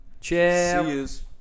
Cheers